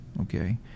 Okay